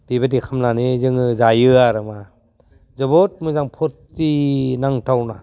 बेबायदि खामनानै जोङो जायो आरो मा जोबोद मोजां फर्ति नांथाव